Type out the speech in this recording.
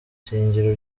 shingiro